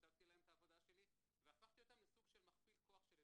הצגתי להם את העבודה שלי והפכתי אותם לסוג של מכפיל כוח שלי,